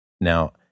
Now